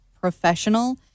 professional